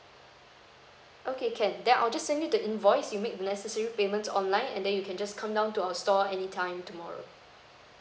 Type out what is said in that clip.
okay can then I'll just send you the invoice you make the necessary payments online and then you can just come down to our store anytime tomorrow